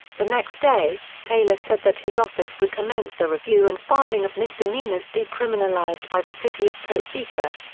the next day, taylor said that his office would commence the review and filing of misdemeanors decriminalized by the city of topeka.